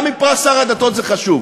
גם אם פרס שר הדתות חשוב,